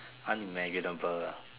unimaginable uh